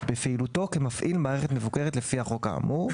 בפעילותו כמפעיל מערכת מבוקרת לפי החוק האמור;